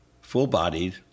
full-bodied